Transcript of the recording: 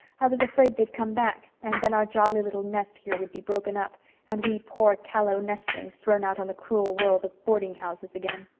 i was afraid they'd come back. and then our jolly little nest here would be broken up and we poor callow nestlings thrown out on the cruel world of boardinghouses again.